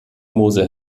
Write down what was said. mosel